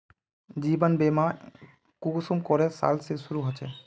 जीवन बीमा कुंसम करे साल से शुरू होचए?